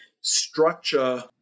structure